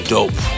Dope